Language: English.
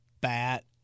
bat